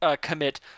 commit